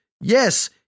Yes